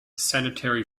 sanitary